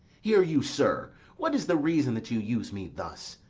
hear you, sir what is the reason that you use me thus?